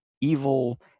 evil